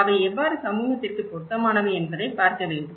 அவை எவ்வாறு சமூகத்திற்கு பொருத்தமானவை என்பதை பார்க்க வேண்டும்